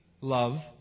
love